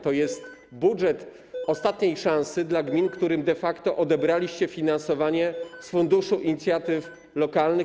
To jest budżet ostatniej szansy dla gmin, którym de facto odebraliście finansowanie z funduszu inicjatyw lokalnych.